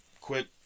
quit